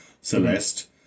Celeste